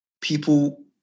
people